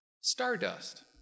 stardust